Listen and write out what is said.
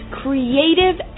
creative